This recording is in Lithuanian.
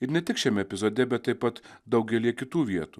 ir ne tik šiame epizode bet taip pat daugelyje kitų vietų